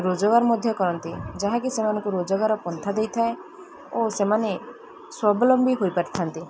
ରୋଜଗାର ମଧ୍ୟ କରନ୍ତି ଯାହାକି ସେମାନଙ୍କୁ ରୋଜଗାର ପନ୍ଥା ଦେଇଥାଏ ଓ ସେମାନେ ସ୍ୱାବଲମ୍ବୀ ହୋଇପାରିଥାନ୍ତି